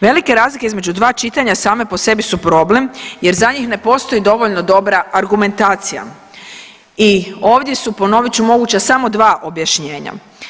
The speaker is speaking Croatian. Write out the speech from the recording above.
Velike razlike između 2 čitanja same po sebi su problem jer za njih ne postoji dovoljno dobra argumentacija i ovdje su, ponovit ću, moguća samo 2 objašnjenja.